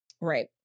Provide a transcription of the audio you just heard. right